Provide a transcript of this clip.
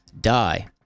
die